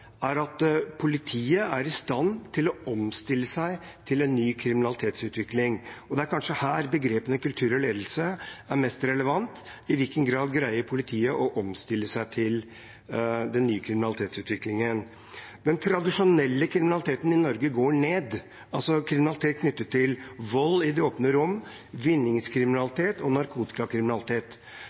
er at politiet er i stand til å omstille seg til en ny kriminalitetsutvikling. Det er kanskje her begrepene «kultur» og «ledelse» er mest relevante – i hvilken grad politiet greier å omstille seg til den nye kriminalitetsutviklingen. Den tradisjonelle kriminaliteten i Norge går ned, altså kriminalitet knyttet til vold i det åpne rom, vinningskriminalitet og narkotikakriminalitet.